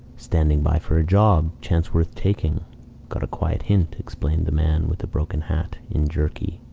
standing by for a job chance worth taking got a quiet hint, explained the man with the broken hat, in jerky,